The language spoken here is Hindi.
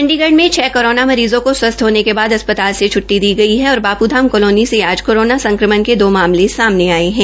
चंडीगढ़ में छ कोरोना मरीज़ों को स्वस्थ होने के बाद अस्पताल से छट्टी दी गई है और बापूधाम कालोनी से आज कोरोना संक्रमण के सामने आये है